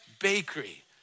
bakery